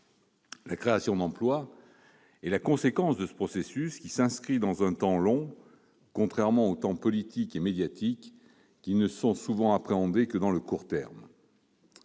La création d'emplois est la conséquence de ce processus, qui s'inscrit dans un temps long, contrairement aux temps politique et médiatique qui ne sont souvent appréhendés que dans le court terme.